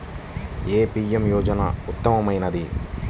ఏ PM యోజన ఉత్తమమైనది?